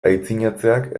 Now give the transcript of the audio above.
aitzinatzeak